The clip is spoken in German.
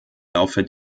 laufe